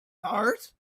heart